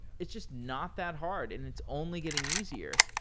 it's just not that hard and it's only getting easier.